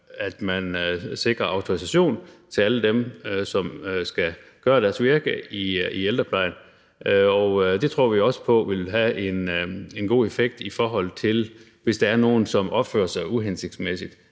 at man sikrer autorisation til alle dem, som skal have deres virke i ældreplejen. Det tror vi også på vil have en god effekt, hvis der er nogen, som opfører sig uhensigtsmæssigt.